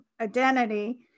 identity